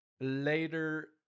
later